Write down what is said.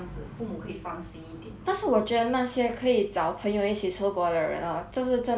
但是我觉得那些可以找朋友一起出国的人 orh 就是真的是有一点 like